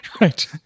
right